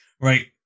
Right